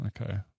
Okay